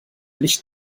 nicht